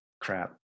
crap